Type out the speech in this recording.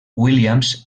williams